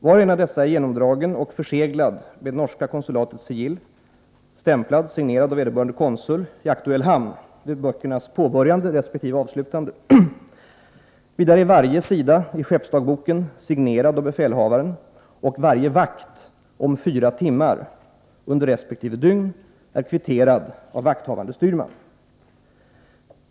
Var och en av dessa är genomdragen och förseglad med norska konsulatets sigill samt stämplad och signerad av vederbörande konsul i aktuell hamn vid böckernas påbörjande resp. avslutande. Vidare är varje sida i skeppsdagboken signerad av befälhavaren, och varje vakt om fyra timmar under resp. dygn är kvitterad av vakthavande styrman.